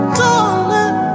darling